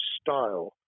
style